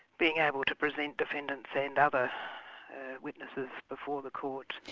being able to present defendants and other witnesses before the court.